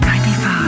95